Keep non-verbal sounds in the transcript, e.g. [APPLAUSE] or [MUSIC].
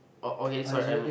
okay sorry I'm [NOISE]